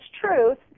truth